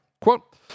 Quote